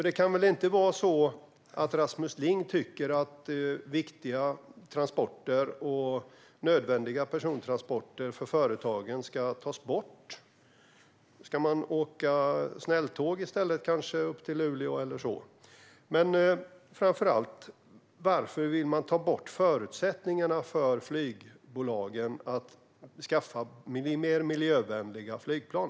Det kan väl inte vara så att Rasmus Ling tycker att viktiga transporter och nödvändiga persontransporter för företagen ska tas bort? Ska man kanske åka snälltåg upp till Luleå eller så? Framför allt: Varför vill man ta bort förutsättningarna för flygbolagen att skaffa mer miljövänliga flygplan?